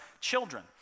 children